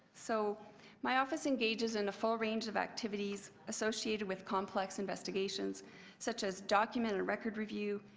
so my office engages in a full range of activityies associated with complex investigations such as document and record review,